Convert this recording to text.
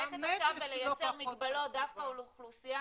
ללכת עכשיו ולייצר מגבלות דווקא על האוכלוסייה